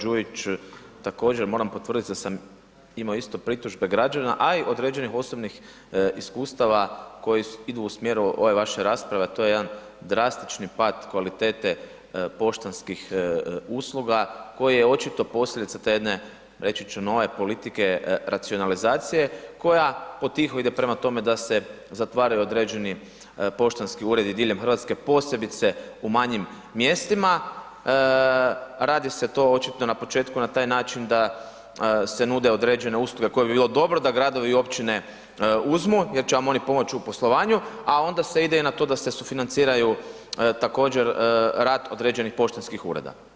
Đujić, također moram potvrdit da sam imo isto pritužbe građana, a i određenih osobnih iskustava koji idu u smjeru ove vaše rasprave, a to je jedan drastični pad kvalitete poštanskih usluga koje je očito posljedica te jedne reći ću nove politike racionalizacije koja potiho ide prema tome da se zatvaraju određeni poštanski uredi diljem RH, posebice u manjim mjestima, radi se to očito na početku na taj način da se nude određene usluge koje bi bilo dobro da gradovi i općine uzmu jer će vam oni pomoć u poslovanju, a onda se ide i na to da se sufinanciraju također rad određenih poštanskih ureda.